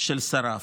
של שריו.